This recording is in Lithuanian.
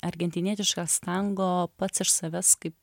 argentinietiškas tango pats iš savęs kaip